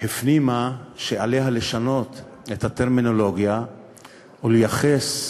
הפנימה שעליה לשנות את הטרמינולוגיה ולייחס,